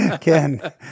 Ken